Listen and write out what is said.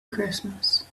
christmas